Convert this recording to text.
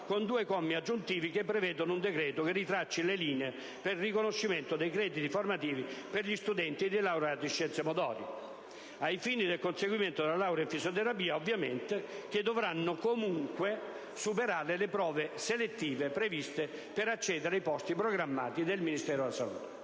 con due commi aggiuntivi, che prevedono un decreto che tracci nuovamente le linee per il riconoscimento dei crediti formativi per gli studenti ed i laureati in scienze motorie - ovviamente ai fini del conseguimento della laurea in fisioterapia - che dovranno comunque superare le prove selettive previste per accedere ai posti programmati dal Ministero della salute.